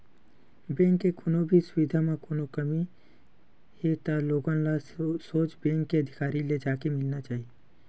bank के कोनो भी सुबिधा म कोनो कमी हे त लोगन ल सोझ बेंक के अधिकारी ले जाके मिलना चाही